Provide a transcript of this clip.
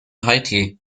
haiti